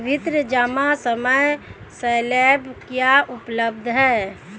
विभिन्न जमा समय स्लैब क्या उपलब्ध हैं?